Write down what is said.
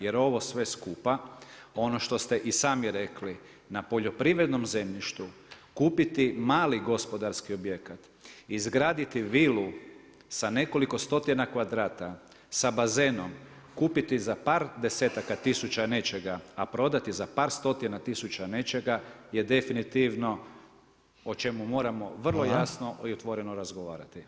Jer ovo sve skupa, ovo što ste i sami rekli, na poljoprivrednom zemljištu kupiti mali gospodarski objekat, izgraditi vilu, sa nekoliko stotina kvadrata, sa bazenom, kupiti za par desetaka tisuća nečega, a prodati za par stotina tisuća nečega je definitivno o čemu moramo vrlo jasno i otvoreno razgovarati.